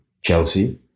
Chelsea